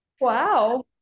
Wow